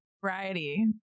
variety